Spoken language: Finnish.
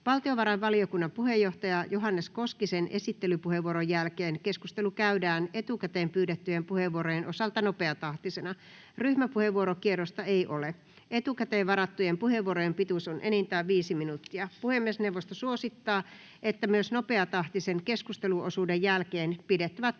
Valtiovarainvaliokunnan puheenjohtajan Johannes Koskisen esittelypuheenvuoron jälkeen keskustelu käydään etukäteen pyydettyjen puheenvuorojen osalta nopeatahtisena. Ryhmäpuheenvuorokierrosta ei ole. Etukäteen varattujen puheenvuorojen pituus on enintään 5 minuuttia. Puhemiesneuvosto suosittaa, että myös nopeatahtisen keskusteluosuuden jälkeen pidettävät